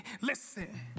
Listen